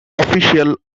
official